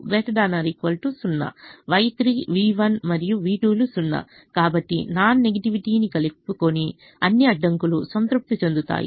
Y3 v1మరియు v2 లు 0 కాబట్టి నాన్ నెగిటివిటీ ని కలుపుకొని అన్ని అడ్డంకులు సంతృప్తి చెందుతాయి